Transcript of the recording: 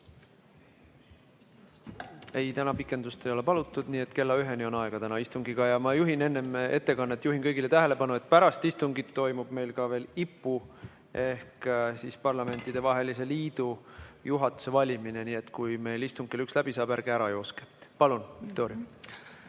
Ei, täna pikendust ei ole palutud, nii et kella üheni on istungiga aega. Ma enne ettekannet juhin kõigi tähelepanu, et pärast istungit toimub veel IPU ehk Parlamentidevahelise Liidu juhatuse valimine, nii et kui meil istung kell üks läbi saab, siis ärge ära jookske. Palun, Viktoria!